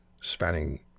spanning